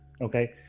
okay